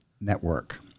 network